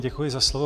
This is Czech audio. Děkuji za slovo.